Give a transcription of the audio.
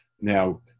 Now